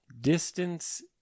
Distance